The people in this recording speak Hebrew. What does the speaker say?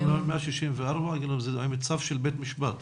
אנחנו מדברים על 164 עם צו של בית משפט.